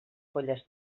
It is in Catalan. polles